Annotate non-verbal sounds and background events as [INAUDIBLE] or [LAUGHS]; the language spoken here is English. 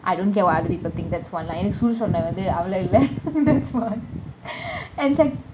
I don't care what other people think that's one lah என்னக்கு சூடு சொரணை வந்து அவ்ளோ இல்ல :ennaku soodu sorana vanthu avlo illa [LAUGHS] that's one and sec~